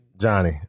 Johnny